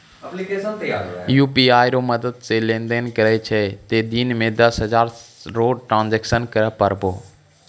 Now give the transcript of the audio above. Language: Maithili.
यू.पी.आई रो मदद से लेनदेन करै छहो तें दिन मे दस हजार रो ट्रांजेक्शन करै पारभौ